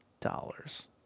dollars